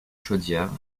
chaudière